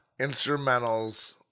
instrumentals